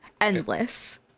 endless